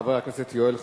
חבר הכנסת יואל חסון.